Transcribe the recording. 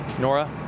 Nora